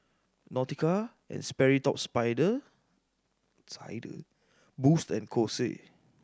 Nautica and Sperry Top Spider Sider Boost and Kose